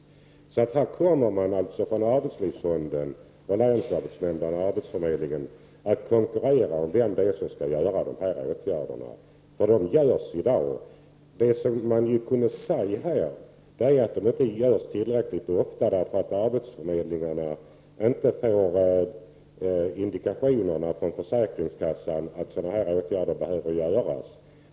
Här kommer man alltså från arbetslivsfonden, från länsarbetsnämnden och från arbetsförmedlingen att konkurrera om vem det är som skall vidta de åtgärderna — de vidtas i dag. Vad man kunde säga är att de inte vidtas tillräckligt ofta, därför att arbetsförmedlingarna inte får indikationerna från försäkringskassan på att sådana åtgärder behöver vidtas.